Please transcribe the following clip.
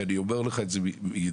ואני אומר את זה מידיעה.